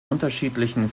unterschiedlichen